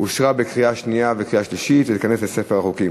אושרה בקריאה שנייה ובקריאה שלישית ותיכנס לספר החוקים.